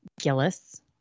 Gillis